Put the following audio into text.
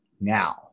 now